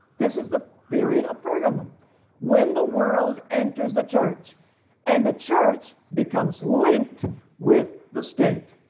this is the period of pergamum when the world enters the church and the church becomes linked with the state.